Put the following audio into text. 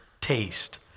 taste